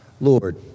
Lord